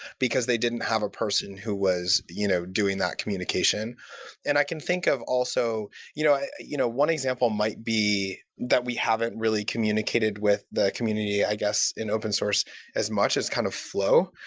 because they didn't have a person who was you know doing that communication and i can think of also you know you know one example might be that we haven't really communicated with the community, i guess, in open-source as much as kind of flow,